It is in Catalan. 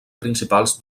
principals